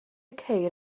ceir